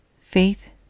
faith